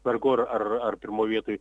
vargu ar ar ar pirmoj vietoj